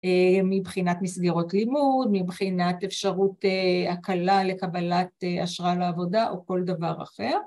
מבחינת מסגרות לימוד, מבחינת אפשרות הקלה לקבלת אשרה לעבודה או כל דבר אחר